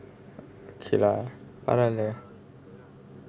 okay lah அந்த மாதிரி தான்:antha maathiri thaan